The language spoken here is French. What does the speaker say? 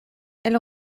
elle